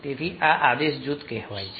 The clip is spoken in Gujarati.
તેથી આ આદેશ જૂથ કહેવાય છે